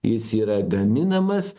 jis yra gaminamas